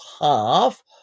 half